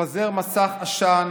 לפזר מסך עשן